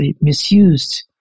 misused